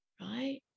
right